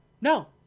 no